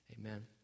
Amen